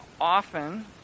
Often